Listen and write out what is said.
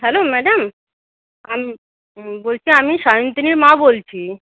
hello madam বলছি আমি সায়ন্তনীর মা বলছি